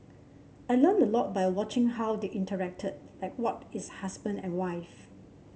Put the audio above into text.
I learnt a lot by watching how they interacted like what is husband and wife